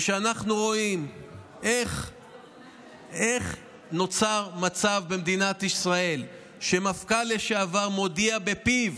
כשאנחנו רואים איך נוצר מצב במדינת ישראל שמפכ"ל לשעבר מודיע בפיו: